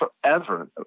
forever